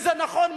זה נכון,